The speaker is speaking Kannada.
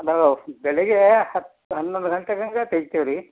ಹಲೋ ಬೆಳಗ್ಗೆ ಹತ್ತು ಹನ್ನೊಂದು ಗಂಟೆಗೆ ಅಂಗ ತೆಗ್ತಿವ್ ರೀ